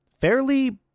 fairly